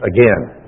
again